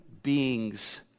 beings